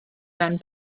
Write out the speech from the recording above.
mewn